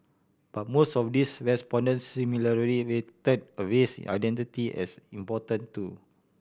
but most of these respondents similarly rated a race identity as important too